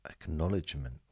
acknowledgement